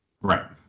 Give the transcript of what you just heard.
Right